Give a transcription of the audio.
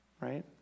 Right